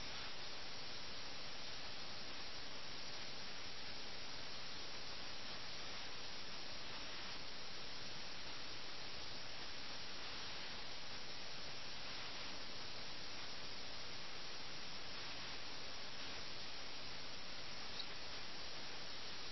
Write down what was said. അതെല്ലാം പരസ്പരം പ്രതിധ്വനിക്കുന്നു അതിനാൽ അബോധാവസ്ഥയിലായിരിക്കുക ഉപബോധമനസ്സ് മയക്കുമരുന്നിന് അടിമയായിരിക്കുക എന്ന ആശയത്തിന്റെ ശക്തമായ ഉദ്ബോധനം അവിടെ ഉണ്ട് കൂടാതെ ഈ അപരിഷ്കൃത ലോകത്തിൽ ഒരു രാഷ്ട്രീയ അടിത്തട്ടിന്റെ ഈ പതനം വളരെ പ്രതീകാത്മകമാണ്